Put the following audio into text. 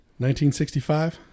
1965